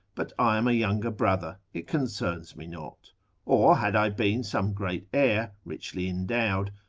but i am a younger brother, it concerns me not or had i been some great heir, richly endowed,